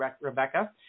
rebecca